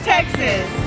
Texas